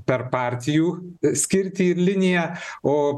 per partijų ir skirtį liniją o